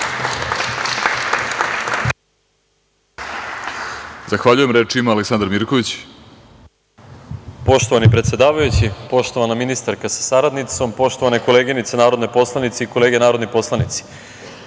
Mirković. **Aleksandar Mirković** Poštovani predsedavajući, poštovana ministarka sa saradnicom, poštovane koleginice narodne poslanice i kolege narodni poslanici,